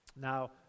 Now